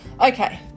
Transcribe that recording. okay